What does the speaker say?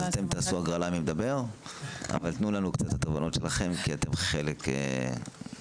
תנו לנו את התובנות שלכם כי גם אתם חלק חשוב.